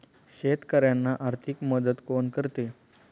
शेतकऱ्यांना आर्थिक मदत कोण करते?